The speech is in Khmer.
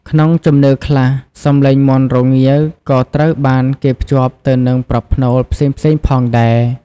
ក្នុងជំនឿខ្លះ សំឡេងមាន់រងាវក៏ត្រូវបានគេភ្ជាប់ទៅនឹងប្រផ្នូលផ្សេងៗផងដែរ។